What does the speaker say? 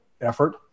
effort